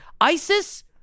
ISIS